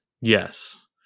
yes